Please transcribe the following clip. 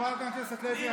חברת הכנסת לוי,